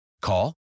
Call